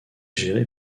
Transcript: géré